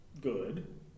good